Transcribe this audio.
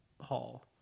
Hall